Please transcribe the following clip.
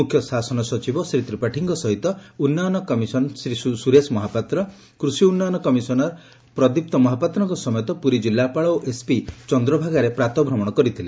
ମୁଖ୍ୟ ଶାସନ ସଚିବ ଶ୍ରୀ ତ୍ରିପାଠୀଙ୍କ ସହିତ ଉନ୍ନୟନ କମିଶନ ଶ୍ରୀ ସୁରେଶ ମହାପାତ୍ର କୃଷି ଉନ୍ନୟନ କମିଶନ ପ୍ରଦୀପ୍ତ ମହାପାତ୍ରଙ୍କ ସମେତ ପୁରୀ ଜିଲ୍ଲାପାଳ ଓ ଏସପି ଚନ୍ଦ୍ରଭାଗାରେ ପ୍ରାତଃଭ୍ରମଣ କରିଥିଲେ